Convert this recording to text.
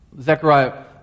Zechariah